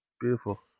Beautiful